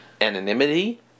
anonymity